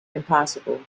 impossible